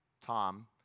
Tom